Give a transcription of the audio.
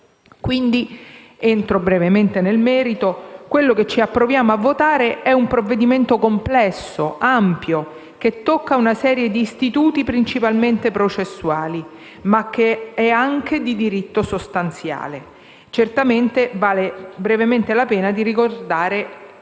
europei. Entro brevemente nel merito: quello che ci apprestiamo a votare è un provvedimento complesso, ampio, che tocca una serie di istituti principalmente processuali, ma che è anche di diritto sostanziale. Certamente vale brevemente la pena di ricordare